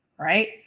right